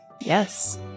Yes